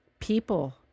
People